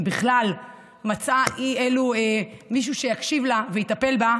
אם בכלל מצאה מישהו שיקשיב לה ויטפל בה,